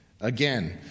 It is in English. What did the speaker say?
Again